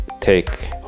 take